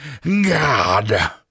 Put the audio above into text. god